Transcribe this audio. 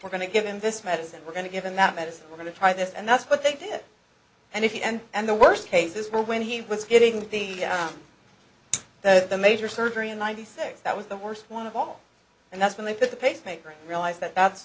we're going to give him this medicine we're going to give him that medicine we're going to try this and that's what they did and if you and and the worst cases were when he was getting the the major surgery in ninety six that was the worst one of all and that's when they put the pacemaker realize that that's